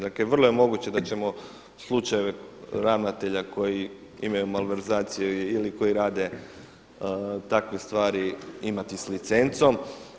Dakle, vrlo je moguće da ćemo slučajeve ravnatelja koji imaju malverzaciju ili koji rade takve stvari imati s licencom.